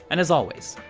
and as always,